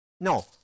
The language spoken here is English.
No